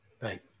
Right